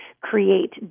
create